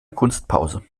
kunstpause